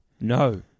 No